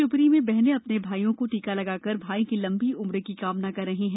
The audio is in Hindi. शिवप्री में बहनें अपने भाई को टीका लगाकर भाई की लंबी उम्र की कामना कर रही है